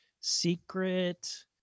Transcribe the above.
secret